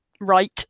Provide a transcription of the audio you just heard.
right